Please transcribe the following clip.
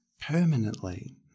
permanently